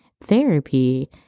therapy